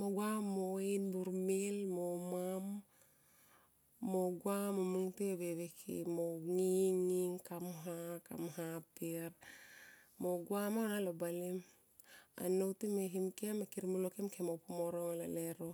mo guia mo in burmil mo mam mogua mo mungto e veve kei nging nging kam ba kam ba per per mo gua ma aunga lo balem. Annou ti me him kem ker molo kem. kem mo pu mo ro anga lo lero.